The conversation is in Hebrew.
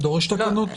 כן.